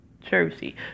Jersey